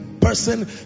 person